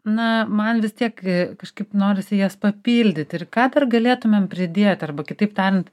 na man vis tiek kažkaip norisi jas papildyti ir ką dar galėtumėm pridėti arba kitaip tariant